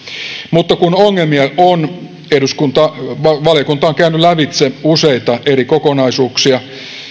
mutta kun ongelmia on valiokunta on käynyt lävitse useita eri kokonaisuuksia